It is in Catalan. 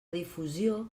difusió